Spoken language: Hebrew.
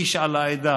איש על העדה,